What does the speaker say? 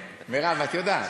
מרב, את יודעת,